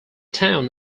town